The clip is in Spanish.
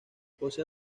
posee